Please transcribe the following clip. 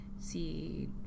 see